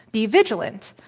be vigilant.